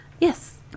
Yes